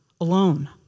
alone